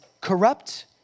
corrupt